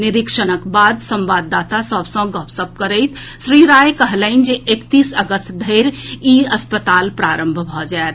निरीक्षणक बाद संवाददाता सभ सॅ गपशप करैत श्री राय कहलनि जे एकतीस अगस्त धरि ई अस्पताल प्रारंभ भऽ जायत